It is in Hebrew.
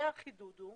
החידוד הוא,